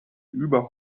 über